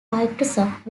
microsoft